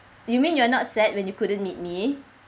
you mean you're not sad when you couldn't meet me